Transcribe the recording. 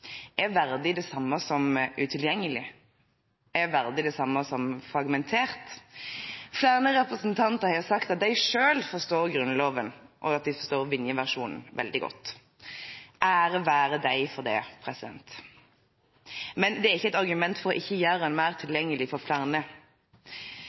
Er verdig det samme som utilgjengelig? Er verdig det samme som fragmentert? Flere representanter har sagt at de selv forstår Grunnloven, og at de forstår Vinje-versjonen veldig godt. Ære være dem for det! Men det er ikke et argument for ikke å gjøre den mer